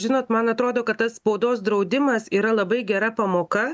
žinot man atrodo kad tas spaudos draudimas yra labai gera pamoka